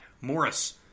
Morris